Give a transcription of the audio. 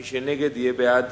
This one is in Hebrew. מי שנגד, יהיה בעד